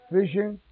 Fishing